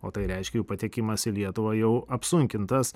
o tai reiškia jų patekimas į lietuvą jau apsunkintas